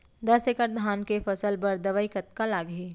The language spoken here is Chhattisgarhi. दस एकड़ धान के फसल बर दवई कतका लागही?